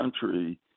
country